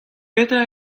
petra